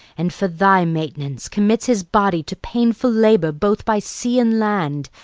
and for thy maintenance commits his body to painful labour both by sea and land,